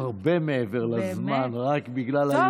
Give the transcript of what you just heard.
הרבה מעבר לזמן, רק בגלל הידידות בינינו.